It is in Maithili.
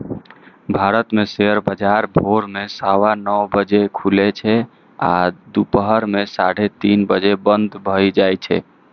भारत मे शेयर बाजार भोर मे सवा नौ बजे खुलै छै आ दुपहर मे साढ़े तीन बजे बंद भए जाए छै